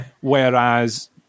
whereas